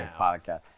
podcast